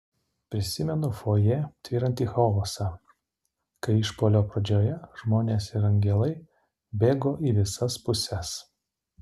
prisimenu fojė tvyrantį chaosą kai išpuolio pradžioje žmonės ir angelai bėgo į visas puses